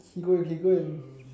he go he go and